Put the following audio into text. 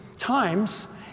Times